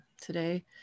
today